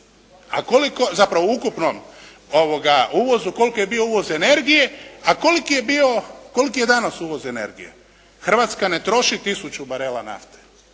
a koliki je danas uvoz energije. Hrvatska ne troši tisuću barela nafte,